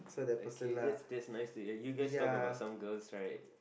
okay that's that's nice to hear you guys talk about some girls right